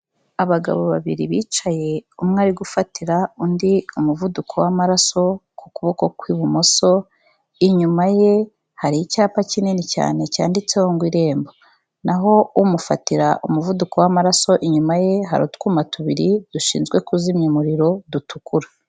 Abagabo babiri bicaye umwe ari gufatira undi umuvuduko w'amaraso ku kuboko kw'ibumoso, inyuma ye hari icyapa kinini cyane cyanditseho ngo irembo, naho umufatira umuvuduko w'amaraso inyuma ye hari utwuma tubiri dushinzwe kuzimya umuriro, dutukura.